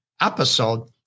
episode